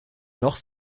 noch